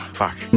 fuck